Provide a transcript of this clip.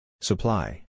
Supply